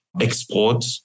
export